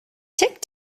tic